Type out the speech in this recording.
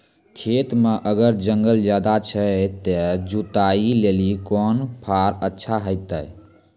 खेत मे अगर जंगल ज्यादा छै ते जुताई लेली कोंन फार अच्छा होइतै?